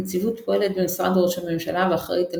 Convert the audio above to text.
הנציבות פועלת במשרד ראש הממשלה ואחראית על